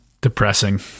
depressing